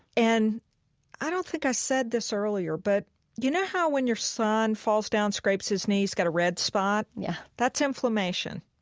and i don't think i said this earlier, but you know how when your son falls down, scrapes his knees, got a red spot? yeah that's inflammation.